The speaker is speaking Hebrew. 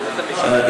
כן.